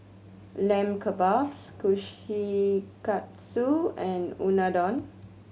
Lamb Kebabs Kushikatsu and Unadon